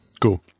Cool